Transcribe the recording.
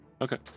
Okay